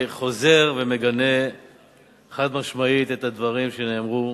אני חוזר ומגנה חד-משמעית את הדברים שנאמרו.